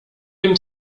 wiem